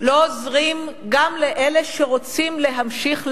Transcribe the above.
לא עוזרים גם לאלה שרוצים להמשיך להאמין,